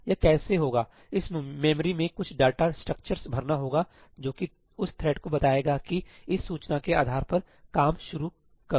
यह कैसे होगा इसे मेमोरी में कुछ डाटा स्ट्रक्चर भरना होगा जो कि उस थ्रेड को बताएगा की इस सूचना के आधार पर काम शुरू करो